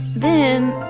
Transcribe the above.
then,